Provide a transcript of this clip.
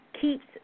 Keeps